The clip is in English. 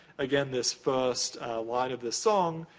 again, this first line of this song,